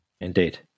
Indeed